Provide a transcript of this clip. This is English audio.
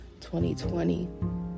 2020